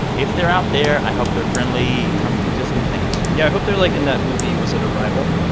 if they're out there, i hope they're friendly. come teach us new things yeah, i hope they're, like, in that movie. was it arrival?